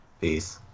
Peace